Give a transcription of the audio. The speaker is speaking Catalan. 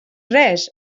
res